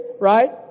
right